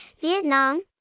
Vietnam